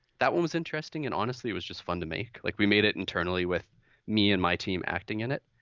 that one was interesting and honestly it was just fun to make. like we made it internally with me and my team acting in it.